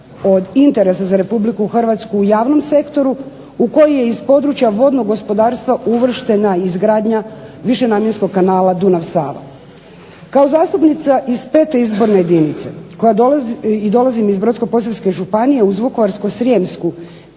od interesa za RH u javnom sektoru u koji je iz područja vodnog gospodarstva uvrštena i izgradnja višenamjenskog kanala Dunav-Sava. Kao zastupnica iz 5. Izborne jedinice i dolazim iz Brodsko-posavske županije uz Vukovarsko-srijemsku